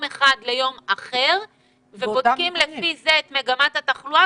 אחד ליום אחר ובודקים לפי זה את מגמת התחלואה,